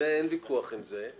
אין ויכוח על זה.